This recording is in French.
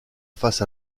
face